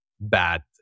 bad